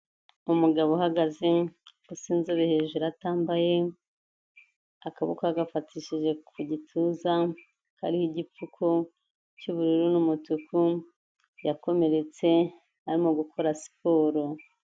Umugabo uhagaze, usa inzobe, hejuru atambaye, akaboko yagafatishije ku gituza, kariho igipfuko cy'ubururu n'umutuku, yakomeretse arimo gukora siporo.